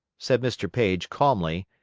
said mr. paige, calmly,